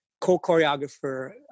co-choreographer